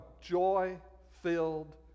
joy-filled